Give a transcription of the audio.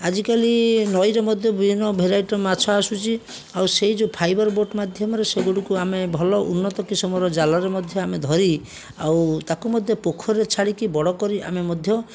ଆଜିକାଲି ନଈରେ ମଧ୍ୟ ବିଭିନ୍ନ ଭେରାଇଟିର ମାଛ ଆସୁଛି ଆଉ ସେହି ଯେଉଁ ଫାଇବର୍ ବୋଟ୍ ମାଧ୍ୟମରେ ସେଗୁଡ଼ିକୁ ଆମେ ଭଲ ଉନ୍ନତ କିସମର ଜାଲରେ ମଧ୍ୟ ଆମେ ଧରି ଆଉ ତାକୁ ମଧ୍ୟ ପୋଖରୀରେ ଛାଡ଼ିକି ବଡ଼ କରି ଆମେ ମଧ୍ୟ